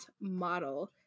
model